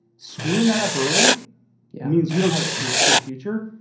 screwing that up early yeah means you don't have a chance in the future.